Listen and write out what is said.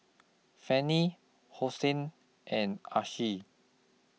Fannie Hosea and Alcee